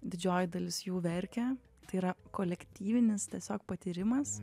didžioji dalis jų verkia tai yra kolektyvinis tiesiog patyrimas